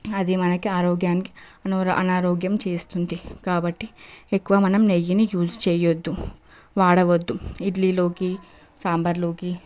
అది మనకి ఆరో గ్యానికి అనారోగ్యం చేస్తుంది కాబట్టి ఎక్కువ మనం నెయ్యిని యూస్ చేయొద్దు వాడవద్దు ఇడ్లీలోకి సాంబార్లోకి